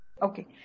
Okay